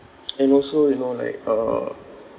and also you know like uh